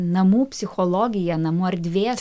namų psichologiją namų erdvės